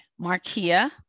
Markia